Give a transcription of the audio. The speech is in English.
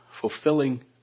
fulfilling